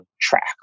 track